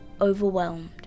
overwhelmed